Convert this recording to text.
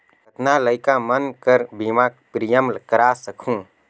कतना लइका मन कर बीमा प्रीमियम करा सकहुं?